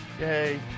Yay